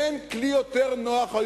אין היום למשק כלי יותר נוח.